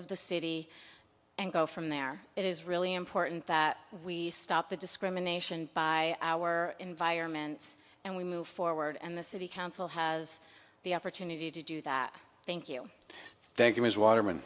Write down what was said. of the city and go from there it is really important that we stop the discrimination by our environments and we move forward and the city council has the opportunity to do that thank you thank you ms water